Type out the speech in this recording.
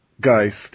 Geist